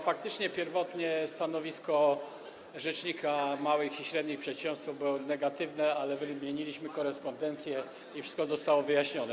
Faktycznie pierwotne stanowisko rzecznika małych i średnich przedsiębiorców było negatywne, ale wymieniliśmy korespondencję i wszystko zostało wyjaśnione.